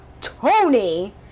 Tony